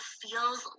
feels